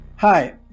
Hi